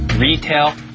retail